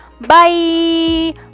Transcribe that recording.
Bye